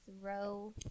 row